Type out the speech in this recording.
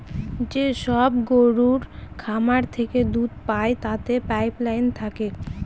যেসব গরুর খামার থেকে দুধ পায় তাতে পাইপ লাইন থাকে